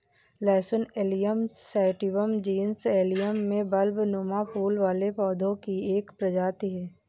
लहसुन Allium sativum genus Allium में बल्बनुमा फूल वाले पौधे की एक प्रजाति है